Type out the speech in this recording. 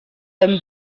them